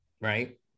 right